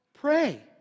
Pray